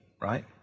right